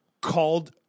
called